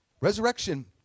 Resurrection